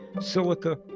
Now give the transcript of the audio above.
silica